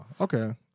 okay